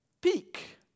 Peak